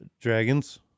Dragons